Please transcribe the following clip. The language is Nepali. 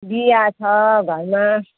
बिहा छ घरमा